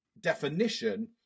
Definition